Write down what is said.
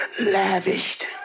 Lavished